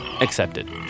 accepted